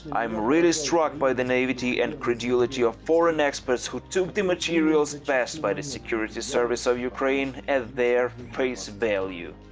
i am really struck by the naivety and credulity of foreign experts who took the materials passed by the security service of ukraine at their face value.